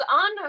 on